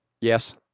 Yes